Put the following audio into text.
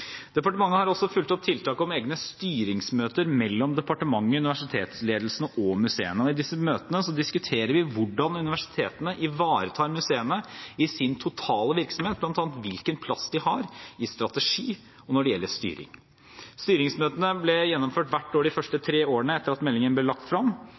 Departementet har også fulgt opp tiltak om egne styringsmøter mellom departementet, universitetsledelsene og museene, og i disse møtene diskuterer vi hvordan universitetene ivaretar museene i sin totale virksomhet, bl.a. hvilken plass de har i strategi og styring. Styringsmøtene ble gjennomført hvert år de første tre årene etter at meldingen ble lagt